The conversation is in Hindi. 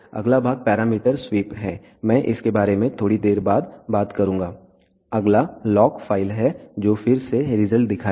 अगला भाग पैरामीटर स्वीप है मैं इसके बारे में थोड़ी देर बाद बात करूंगा अगला लॉक फाइल है जो फिर से रिजल्ट दिखाएगा